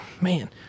man